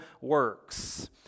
works